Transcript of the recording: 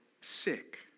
sick